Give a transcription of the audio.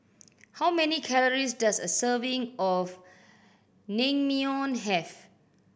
how many calories does a serving of Naengmyeon have